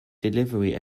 delivery